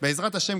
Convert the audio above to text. בעזרת השם,